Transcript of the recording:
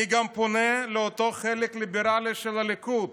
אני גם פונה לאותו חלק ליברלי של הליכוד,